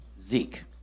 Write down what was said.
Zeke